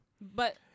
But-